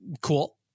cool